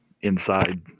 inside